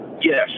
Yes